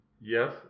Yes